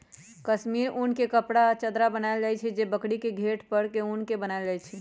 कस्मिर उन के कपड़ा आ चदरा बनायल जाइ छइ जे बकरी के घेट पर के उन से बनाएल जाइ छइ